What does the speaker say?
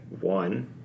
one